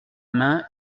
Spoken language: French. main